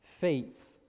Faith